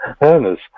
earners